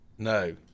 No